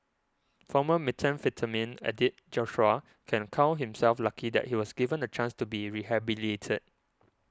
former methamphetamine addict Joshua can count himself lucky that he was given a chance to be rehabilitated